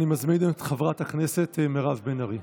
אני מזמין את חברת הכנסת מירב בן ארי.